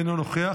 אינו נוכח,